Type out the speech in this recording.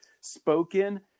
spoken